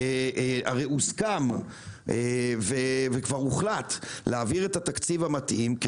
הרי כבר הוחלט להעביר את התקציב המתאים,